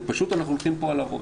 פשוט אנחנו הולכים פה על הראש.